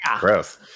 Gross